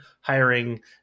hiring